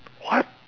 what